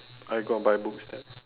are you gonna buy books there